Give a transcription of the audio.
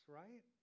right